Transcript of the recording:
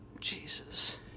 Jesus